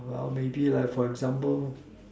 well maybe like for example